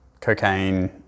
cocaine